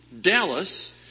Dallas